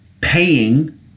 paying